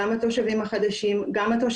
גם התושבים החדשים,